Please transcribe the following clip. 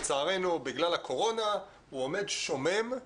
לצערנו בגלל הקורונה הוא עומד שומם.